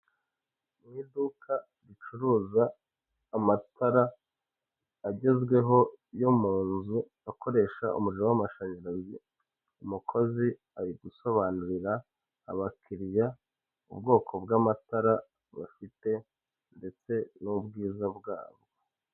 Isoko rinini. Hakaba harimo ibicuruzwa bigiye bitandukanye bibitswe mu tubati. Bimwe muri ibyo bicuruzwa harimo imiti y'ibirahure y'ubwoko butandukanye; ndetse hakabamo n'amasabune y'amazi. Iri duka rikaba rifite amatara yaka umweru.